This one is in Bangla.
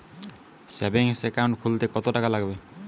সেভিংস একাউন্ট খুলতে কতটাকা লাগবে?